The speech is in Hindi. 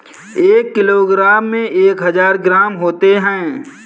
एक किलोग्राम में एक हजार ग्राम होते हैं